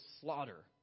slaughter